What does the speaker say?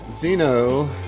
Zeno